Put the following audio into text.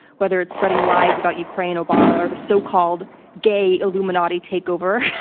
whether it's spreading lies about ukraine, obama or the so-called gay illuminati takeover.